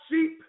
sheep